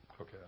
Okay